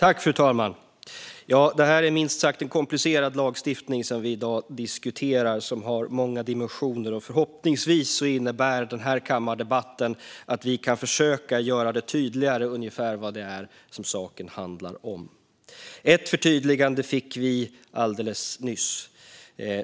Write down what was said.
Fru talman! Den lagstiftning vi diskuterar i dag är minst sagt komplicerad med många dimensioner. Förhoppningsvis innebär den här kammardebatten att vi kan göra det tydligare ungefär vad det är saken handlar om. Ett förtydligande fick vi alldeles nyss.